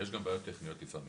אגב, יש גם בעיות טכניות לפעמים.